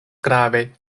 grave